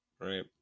Right